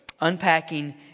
Unpacking